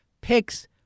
Picks